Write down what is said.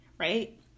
right